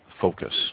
focus